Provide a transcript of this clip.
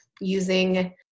using